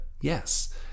yes